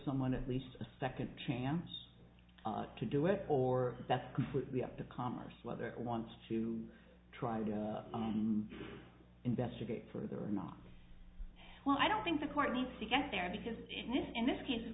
someone at least a second chance to do it or that's completely up the commerce whether it wants to try to investigate further or nah well i don't think the court needs to get there because in this in this case of